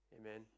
Amen